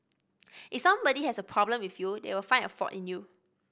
if somebody has a problem with you they will find a fault in you